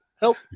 help